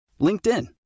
LinkedIn